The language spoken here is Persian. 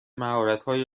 مهراتهای